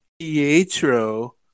Pietro